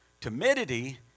Timidity